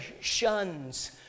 shuns